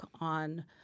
on